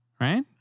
right